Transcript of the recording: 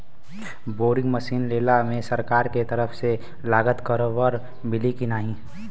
Boring machine लेला मे सरकार के तरफ से लागत कवर मिली की नाही?